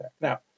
Now